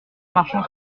marchant